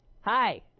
Hi